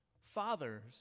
Fathers